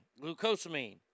glucosamine